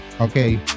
okay